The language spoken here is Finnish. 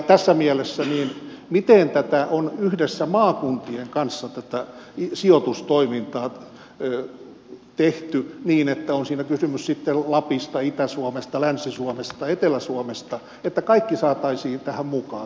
tässä mielessä miten on yhdessä maakuntien kanssa tätä sijoitustoimintaa tehty niin että on siinä kysymys sitten lapista itä suomesta länsi suomesta etelä suomesta kaikki saataisiin tähän mukaan